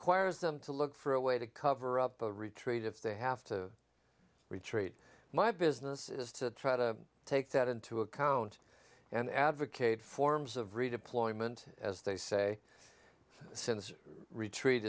choir's them to look for a way to cover up a retreat if they have to retreat my business is to try to take that into account and advocate forms of redeployment as they say since retreat